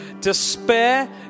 Despair